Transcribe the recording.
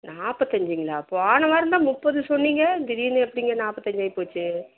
நாற்பத்தஞ்சிங்களா போன வாரம்தான் முப்பது சொன்னீங்க திடீரென்னு எப்படிங்க நாற்பத்தஞ்சி ஆகிப்போச்சி